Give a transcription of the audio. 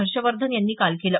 हर्षवर्धन यांनी काल केलं